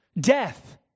death